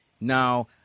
Now